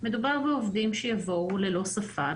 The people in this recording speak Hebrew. מדובר בעובדים שיבואו ללא שפה,